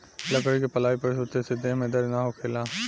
लकड़ी के पलाई पर सुते से देह में दर्द ना होखेला